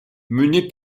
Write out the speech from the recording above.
menée